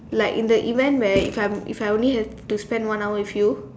like in the event where if I if I only have to spend one hour with you